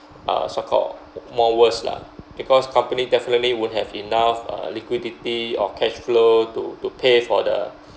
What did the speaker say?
uh so-called more worse lah because company definitely won't have enough uh liquidity or cash flow to to pay for the